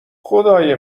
خدای